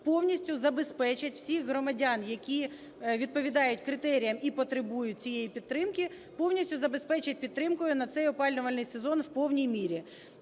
повністю забезпечать всіх громадян, які відповідають критеріям і потребують цієї підтримки, повністю забезпечать підтримкою на цей опалювальний сезон в повній мірі.